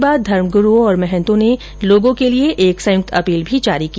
बैठक के बाद धर्मग्रूओं और महन्तों ने लोगों के लिए एक संयुक्त अपील भी जारी की